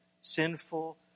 sinful